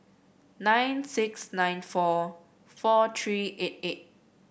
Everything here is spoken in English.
nine six nine four four three eight eight